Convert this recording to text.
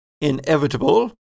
inevitable